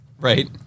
Right